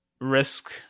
Risk